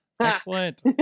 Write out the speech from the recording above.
Excellent